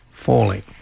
falling